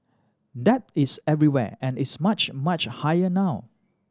debt is everywhere and it's much much higher now